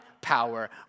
power